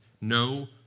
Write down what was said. no